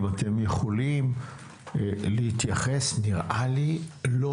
אם אתם יכולים להתייחס נראה לי לא